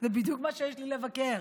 זה בדיוק מה שיש לי עליו ביקורת.